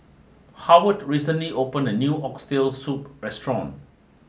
Howard recently opened a new Oxtail Soup restaurant